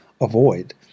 avoid